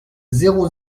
zéro